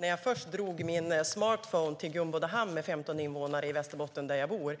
När jag först skulle använda min smartphone i Gumbodahamn med 15 invånare i Västerbottens inland där jag bor